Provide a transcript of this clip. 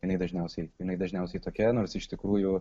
jinai dažniausiai jinai dažniausiai tokia nors iš tikrųjų